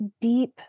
deep